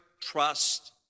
Trust